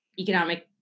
economic